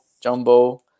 Jumbo